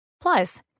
Plus